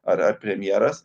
ar ar premjeras